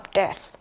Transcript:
death